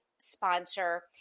sponsor